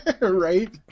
Right